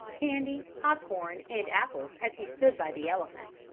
candy, pop-corn and apples as he stood by the elephant.